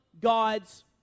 God's